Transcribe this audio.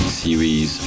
series